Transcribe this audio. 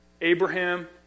Abraham